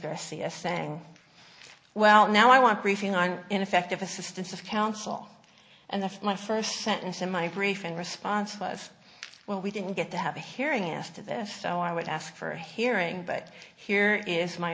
garcia saying well now i want briefing on ineffective assistance of counsel and that's my first sentence and my brief in response was well we didn't get to have a hearing after this so i would ask for a hearing but here is my